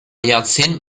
jahrzehnten